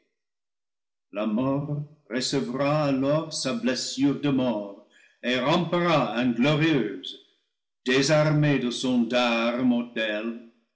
la mort recevra alors sa blessure de mort et rampera inglorieuse désarmée de son dard mortel